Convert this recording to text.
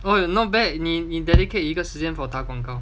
!wow! you not bad name 你 dedicate 一个时间 to 打广告